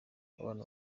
abana